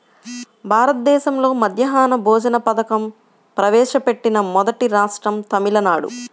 భారతదేశంలో మధ్యాహ్న భోజన పథకం ప్రవేశపెట్టిన మొదటి రాష్ట్రం తమిళనాడు